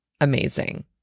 amazing